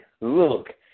look